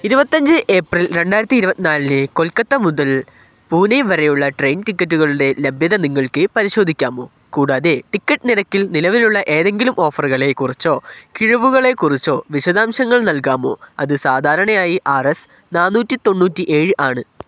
ഇരുപത്തിയഞ്ച് ഏപ്രിൽ രണ്ടായിരത്തി ഇരുപത്തിനാലിന് കൊൽക്കത്ത മുതൽ പൂനെ വരെയുള്ള ട്രെയിൻ ടിക്കറ്റുകളുടെ ലഭ്യത നിങ്ങൾക്കു പരിശോധിക്കാമോ കൂടാതെ ടിക്കറ്റ് നിരക്കിൽ നിലവിലുള്ള ഏതെങ്കിലും ഓഫറുകളെക്കുറിച്ചോ കിഴിവുകളെക്കുറിച്ചോ വിശദാംശങ്ങൾ നൽകാമോ അതു സാധാരണയായി ആർ എസ് നാന്നൂറ്റി തൊണ്ണൂറ്റി ഏഴ് ആണ്